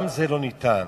גם זה לא ניתן.